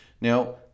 Now